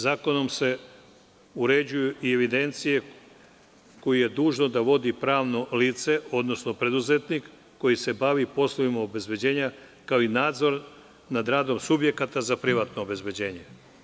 Zakonom se uređuju i evidencije koje je dužno da vodi pravno lice, odnosno preduzetnik koji se bavi poslovima obezbeđenja, kao i nadzor nad radom subjekata za privatno obezbeđenje.